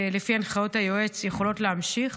שלפי הנחיות היועץ יכולות להמשיך,